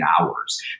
hours